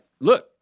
Look